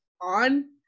on